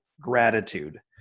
gratitude